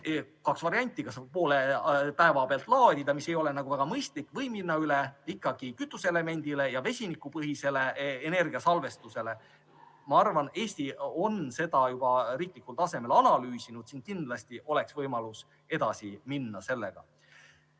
kaks varianti: kas poole päeva pealt laadida, mis ei ole väga mõistlik, või minna ikkagi üle kütuseelemendile ja vesinikupõhisele energiasalvestusele. Ma arvan, et Eesti on seda juba riiklikul tasemel analüüsinud ja siin kindlasti on võimalus edasi minna.